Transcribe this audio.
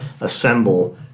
assemble